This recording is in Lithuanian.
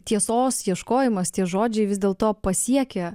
tiesos ieškojimas tie žodžiai vis dėl to pasiekia